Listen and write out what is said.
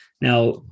Now